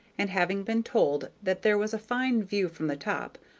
and having been told that there was a fine view from the top,